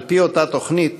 על-פי אותה תוכנית,